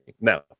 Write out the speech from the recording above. Now